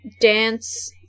dance